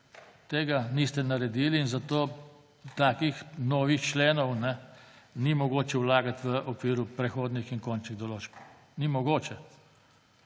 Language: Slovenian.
Tega niste naredili in zato takih novih členov ni mogoče vlagati v okviru prehodnih in končnih določb. Ni mogoče